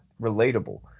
relatable